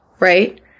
right